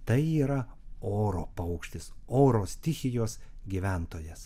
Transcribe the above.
tai yra oro paukštis oro stichijos gyventojas